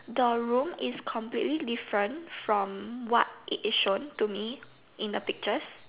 the room is completely different from what it is shown to me in the pictures